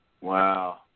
Wow